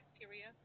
bacteria